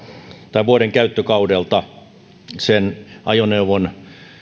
vuoden käyttökaudelta ajoneuvon